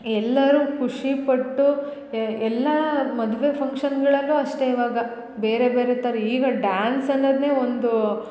ಎಲ್ಲರು ಖುಷಿ ಪಟ್ಟು ಎಲ್ಲಾ ಮದುವೆ ಫಂಕ್ಷನ್ಗಳಲ್ಲು ಅಷ್ಟೆ ಇವಾಗ ಬೇರೆ ಬೇರೆ ಥರ ಈಗ ಡಾನ್ಸ್ ಅನ್ನೋದನ್ನೇ ಒಂದು